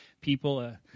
people